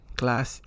class